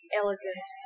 elegant